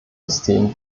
system